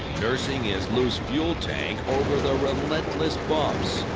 nursing his loose fuel tank over the relentless bumps.